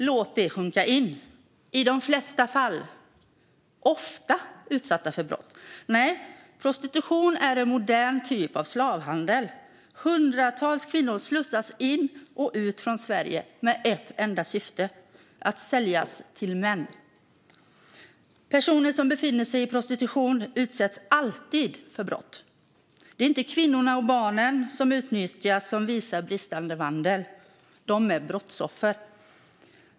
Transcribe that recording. Låt det sjunka in - "i de flesta fall" och "ofta" utsatta för brott! Nej, prostitution är en modern typ av slavhandel. Hundratals kvinnor slussas in i och ut ur Sverige i ett enda syfte: att säljas till män. Personer som befinner sig i prostitution utsätts alltid för brott. Det är inte kvinnorna och barnen som utnyttjas som uppvisar bristande vandel; de är brottsoffer.